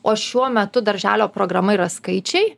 o šiuo metu darželio programa yra skaičiai